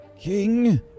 King